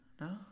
No